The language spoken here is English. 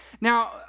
Now